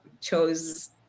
chose